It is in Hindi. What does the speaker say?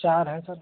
चार है सर